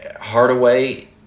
Hardaway